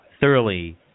thoroughly